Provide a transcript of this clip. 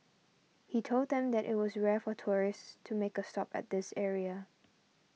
he told them that it was rare for tourists to make a stop at this area